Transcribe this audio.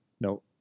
no